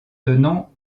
tenant